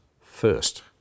first